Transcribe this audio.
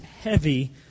heavy